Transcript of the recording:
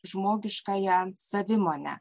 žmogiškąją savimonę